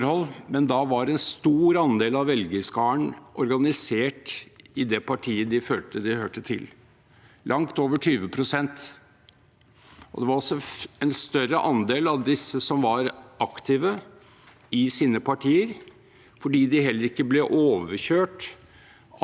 Det var også en større andel av disse som var aktive i sine partier, fordi de heller ikke ble overkjørt av de faste heltidspolitikerne som da hadde et svakere innslag på lokalplan og på fylkesplan.